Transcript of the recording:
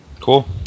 Cool